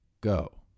go